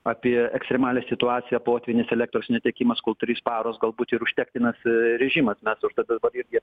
apie ekstremalią situaciją potvynis elektros netekimas kol trys paros galbūt ir užtektinas režimas mes užtat irgi